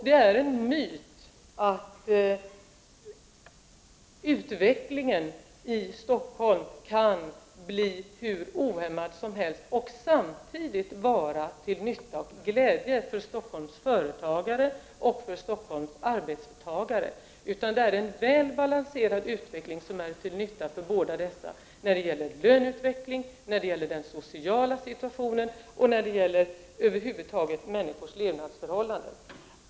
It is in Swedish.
Det är en myt att utvecklingen i Stockholm kan vara hur ohämmad som helst och samtidigt vara till nytta och glädje för Stockholms företagare och för Stockholms arbetstagare. En väl balanserad utveckling är till nytta för båda dessa när det gäller löneutveckling, den sociala situationen och över huvud taget människors levnadsförhållanden.